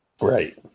Right